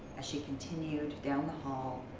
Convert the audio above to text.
as she continued down the hall,